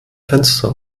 fenster